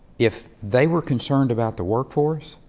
if they were concerned about the workforce,